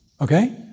Okay